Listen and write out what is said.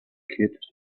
kid